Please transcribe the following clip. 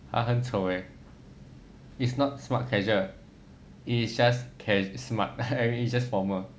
!huh! 很丑 leh it's not smart casual it is just cas~ smart mean it's just formal